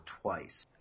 twice